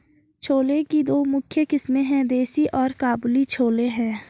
छोले की दो मुख्य किस्में है, देसी और काबुली छोले हैं